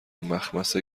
مخمصه